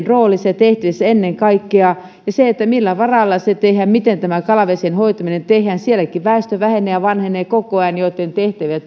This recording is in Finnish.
rooli ja tehtävä ennen kaikkea millä varalla se tehdään miten tämä kalavesien hoitaminen tehdään sielläkin väestö vähenee ja vanhenee koko ajan joitten tehtävä ja